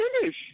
finish